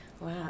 Wow